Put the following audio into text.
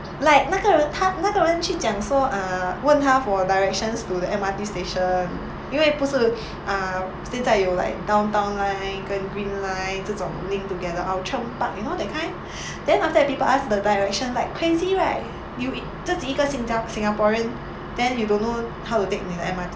like 那个人他那个人讲说 uh 问她 for directions to the M_R_T station 因为不是 err 现在有 like downtown line 跟 green line 这种 linked together outram park you know that kind then after that people ask the direction like crazy right you 自己一个新加 singaporean then you don't know how to take 你的 M_R_T